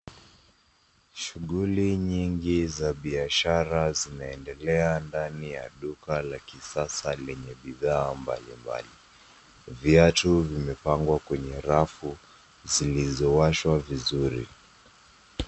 Shuguli nyingi za biashara zinaendelea ndani ya duka la kisasa lenye bidhaa mbalimbali. Viatu vimepangwa kwenye rafu, zilizowashwa vizuri.